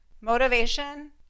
Motivation